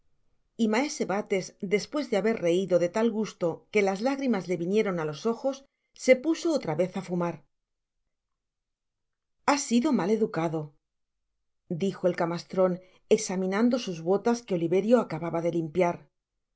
y maese bates despues de haber reido de tal gusto que las lágrimas le vinieron á los ojos se puso otra vez á fumar has sido mal educado dijo el camastron examinando sus botas que oliverio acababa de limpiar con